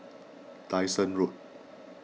Dyson Road